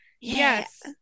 Yes